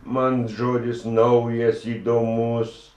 man žodis naujas įdomus